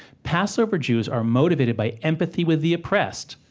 passover jews are motivated by empathy with the oppressed.